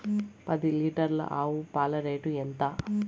పది లీటర్ల ఆవు పాల రేటు ఎంత?